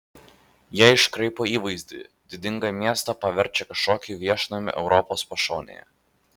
jie iškraipo įvaizdį didingą miestą paverčia kažkokiu viešnamiu europos pašonėje